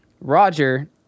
Roger